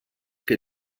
que